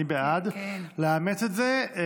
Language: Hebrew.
אני בעד לאמץ את זה.